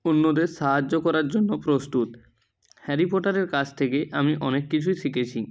অন্যদের সাহায্য করার জন্য প্রস্তুত হ্যারি পটারের কাছ থেকে আমি অনেক কিছুই শিখেছি